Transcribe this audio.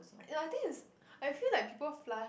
no I think is I feel like people flush